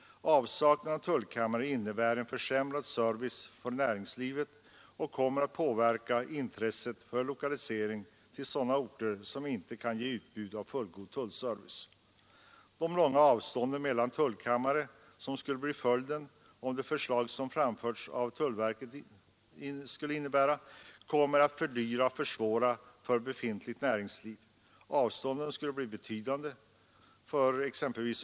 Avsaknaden av tullkammare innebär en försämrad service för näringslivet och kommer att påverka intresset för lokalisering till sådana orter som inte kan erbjuda fullgod tullservice. De långa avstånd mellan tullkammare som skulle bli följden om det förslag som framförts av tullverket genomförs kommer att fördyra och försvåra för befintligt näringsliv. Avstånden skulle bli betydande.